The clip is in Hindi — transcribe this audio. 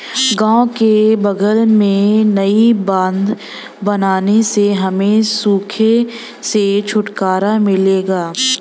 गांव के बगल में नई बांध बनने से हमें सूखे से छुटकारा मिलेगा